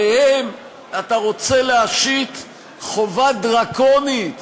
עליהם אתה רוצה להשית חובה דרקונית